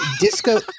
Disco